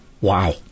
Wow